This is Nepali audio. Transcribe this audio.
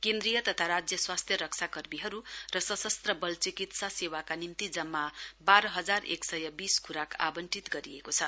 केन्द्रीय तथा राज्य स्वास्थ्य रक्षा कर्मीहरू सशस्त्र बल चिकित्सा सेवाका निम्ति जम्मा बाह हजार एक सय बीस खुराक आवन्टित गरिएको छ